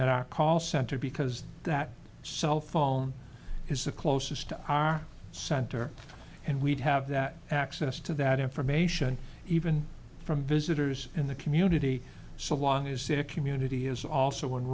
at our call center because that cell phone is the closest to our center and we'd have that access to that information even from visitors in the community so long is that a community is also